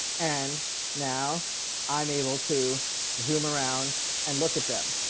and now i'm able to zoom around and look at them.